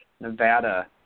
Nevada